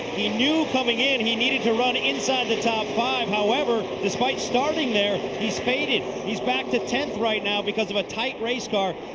he knew coming in and he needed to run inside the top five. however, despite starting there he's faded. he's back to tenth right now because of a tight race car.